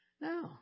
No